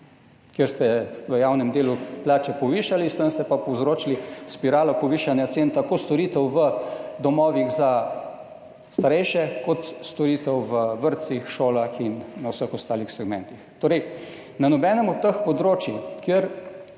kjer ste javnemu delu povišali plače, s tem ste pa povzročili spiralo povišanja cen tako storitev v domovih za starejše kot storitev v vrtcih, šolah in na vseh ostalih segmentih. Torej, na nobenem od teh področij, kjer